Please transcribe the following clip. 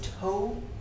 toe